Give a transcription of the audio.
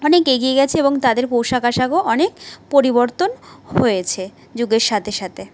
অনেক এগিয়ে গেছে এবং তাদের পোশাক আসাকও অনেক পরিবর্তন হয়েছে যুগের সাথে সাথে